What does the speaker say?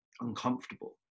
uncomfortable